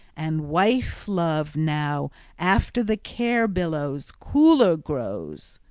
and wife-love now after the care-billows cooler grows.